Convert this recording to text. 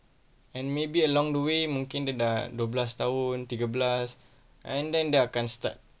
and maybe along the way mungkin dia dah dua belas tahun tiga belas and then dia akan start